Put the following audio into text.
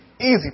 Easy